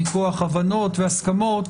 מכוח הבנות והסכמות,